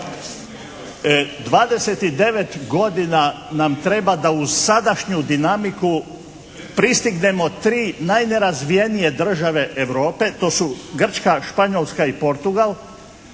29 godina nam treba da uz sadašnju dinamiku pristignemo tri najnerazvijenije države Europe, to su Grčka, Španjolska i Portugal,